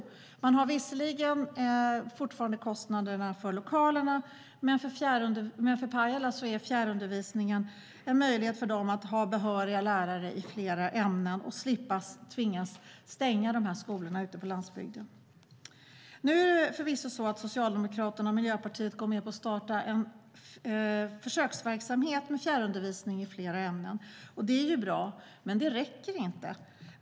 Visserligen har kommunen fortfarande kostnaderna för lokalerna, men för Pajala innebär fjärrundervisning att det är möjligt att ha behöriga lärare i fler ämnen och kommunen tvingas inte stänga skolorna ute på landsbygden. Nu går förvisso Socialdemokraterna och Miljöpartiet med på att starta en försöksverksamhet med fjärrundervisning i fler ämnen. Det är bra, men det räcker inte.